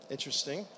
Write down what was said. Interesting